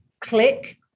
click